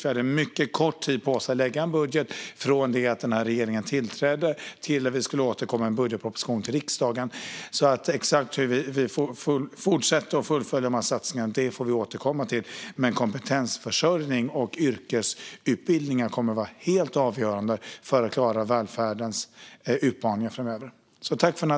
Vi hade mycket kort tid på oss att lägga fram en budget - från att denna regering tillträdde till att den skulle lägga fram en budgetproposition till riksdagen. Exakt hur vi fortsätter att fullfölja dessa satsningar får vi återkomma till. Men kompetensförsörjning och yrkesutbildningar kommer att vara helt avgörande för att klara välfärdens utmaningar framöver.